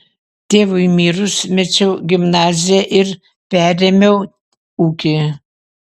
tėvui mirus mečiau gimnaziją ir perėmiau ūkį